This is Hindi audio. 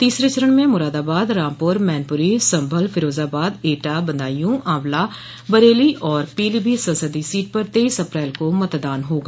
तीसरे चरण में मुरादाबाद रामपुर मैनपुरी संभल फिराजाबाद एटा बदायू आंवला बरेली और पीलीभीत संसदीय सीट पर तेईस अप्रैल को मतदान होगा